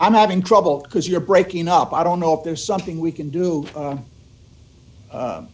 i'm having trouble because you're breaking up i don't know if there's something we can do